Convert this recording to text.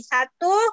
Satu